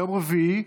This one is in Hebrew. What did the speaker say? יום רביעי,